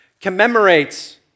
commemorates